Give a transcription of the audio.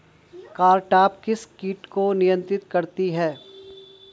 Cartap किस किट को नियंत्रित करती है?